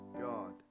God